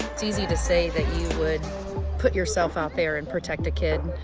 it's easy to say that you would put yourself out there and protect a kid,